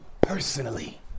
personally